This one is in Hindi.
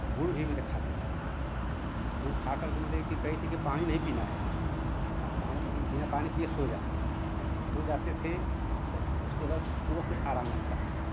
तो गुड़ भी मतलब खाते थे गुड़ खा करके मतलब कि कही थी कि पानी नहीं पीना है आप पान वह बिना पानी पिए सो जाओ जब सो जाते थे तो उसके बाद सुबह कुछ आराम मिलता था